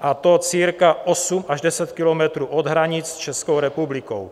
a to cirka 8 až 10 kilometrů od hranic s Českou republikou.